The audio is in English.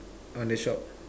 on the shop